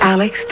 Alex